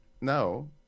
no